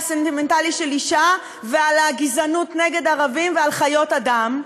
הסנטימנטלי של אישה ועל הגזענות נגד ערבים ועל חיות אדם,